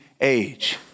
age